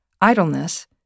idleness